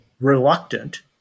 reluctant